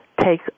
take